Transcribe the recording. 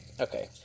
Okay